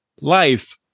life